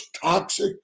toxic